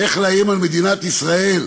איך לאיים על מדינת ישראל,